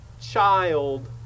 child